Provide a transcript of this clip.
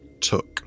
took